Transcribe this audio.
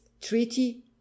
treaty